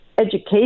education